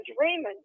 Raymond